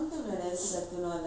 actually I damn happy you know